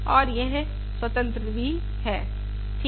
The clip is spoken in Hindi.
और यह स्वतंत्र भी हैं ठीक